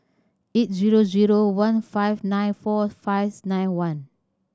eight zero zero one five nine four fives nine one